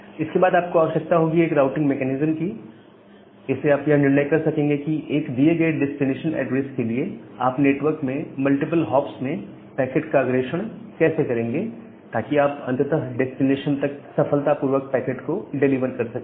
और इसके बाद आपको आवश्यकता होगी एक राउटिंग मेकैनिज्म की इससे आप यह निर्णय कर सकेंगे कि एक दिए गए डेस्टिनेशन एड्रेस के लिए आप नेटवर्क में मल्टीपल हॉप्स में पैकेट का अग्रेषण कैसे करेंगे ताकि आप अंततः डेस्टिनेशन तक सफलतापूर्वक पैकेट को डिलीवर कर सकें